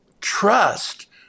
Trust